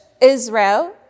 Israel